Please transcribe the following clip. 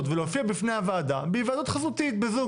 ולהופיע בפני הוועדה בהיוועדות חזותית בזום,